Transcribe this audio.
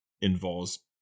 involves